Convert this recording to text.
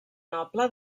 noble